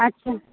अच्छा